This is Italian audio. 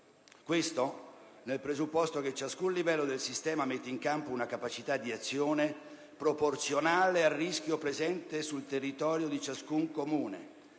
Questo nel presupposto che ciascun livello del sistema metta in campo una capacità d'azione proporzionale al rischio presente sul territorio di ciascun Comune,